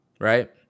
right